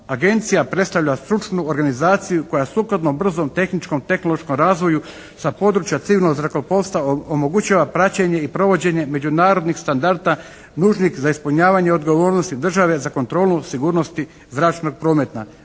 Agencija predstavlja stručnu organizaciju koja sukladno brzom tehničkom i tehnološkom razvoju sa područja civilnog zrakoplovstva omogućava praćenje i provođenje međunarodnih standarda nužnih za ispunjavanje odgovornosti države za kontrolu sigurnosti zračnog prometa.